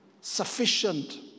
sufficient